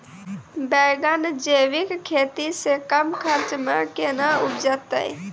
बैंगन जैविक खेती से कम खर्च मे कैना उपजते?